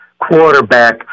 quarterback